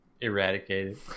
eradicated